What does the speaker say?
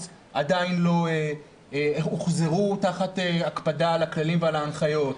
עדיין לא הוחזרו תחת הקפדה על הכללים וההנחיות.